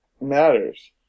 matters